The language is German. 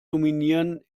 dominieren